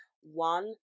One